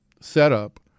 setup